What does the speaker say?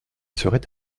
serait